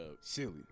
Silly